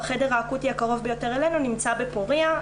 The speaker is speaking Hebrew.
החדר האקוטי הקרובה ביותר אלינו נמצא בפוריה,